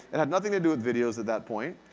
it had nothing to do with videos at that point.